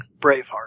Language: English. Braveheart